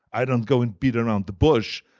i don't go and beat around the bush.